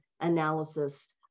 analysis